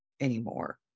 anymore